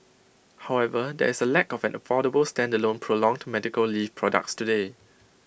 however there is A lack of an affordable standalone prolonged medical leave products today